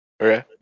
Okay